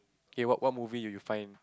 okay what what movie do you find